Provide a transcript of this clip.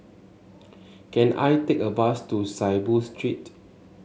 can I take a bus to Saiboo Street